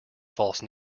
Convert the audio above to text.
false